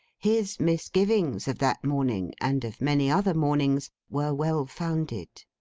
his misgivings of that morning, and of many other mornings, were well founded.